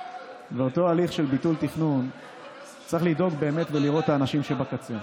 באותו הליך של ביטול תכנון צריך לדאוג באמת ולראות את האנשים שבקצה.